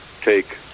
take